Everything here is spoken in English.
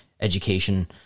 education